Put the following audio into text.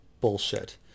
bullshit